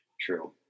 true